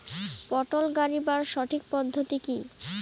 পটল গারিবার সঠিক পদ্ধতি কি?